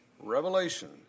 Revelation